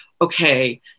okay